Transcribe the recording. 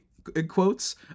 quotes